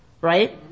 Right